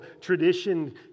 tradition